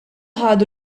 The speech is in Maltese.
ħadu